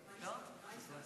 סבטלובה.